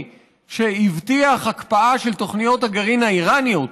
שהבטיח הקפאה של תוכניות הגרעין האיראניות,